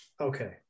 okay